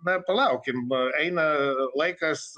na palaukim eina laikas